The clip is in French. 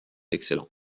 excellent